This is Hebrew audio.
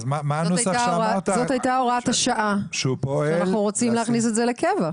זאת הייתה הוראת השעה ואנחנו רוצים להכניס את זה לקבע.